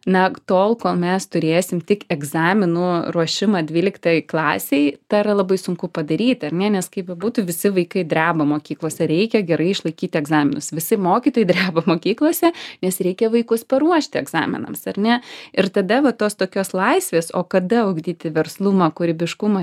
na tol kol mes turėsim tik egzaminų ruošimą dvyliktai klasei tą yra labai sunku padaryti ar ne nes kaip bebūtų visi vaikai dreba mokyklose reikia gerai išlaikyti egzaminus visi mokytojai dreba mokyklose nes reikia vaikus paruošti egzaminams ar ne ir tada va tos tokios laisvės o kada ugdyti verslumą kūrybiškumą